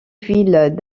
ville